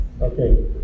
Okay